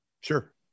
Sure